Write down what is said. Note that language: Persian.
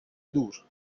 دور